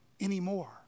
anymore